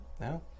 No